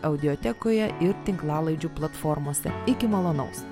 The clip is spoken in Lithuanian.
audiotekoje ir tinklalaidžių platformose iki malonaus